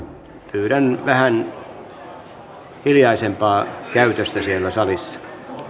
pyydän vähän hiljaisempaa käytöstä siellä salissa